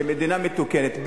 במדינה מתוקנת,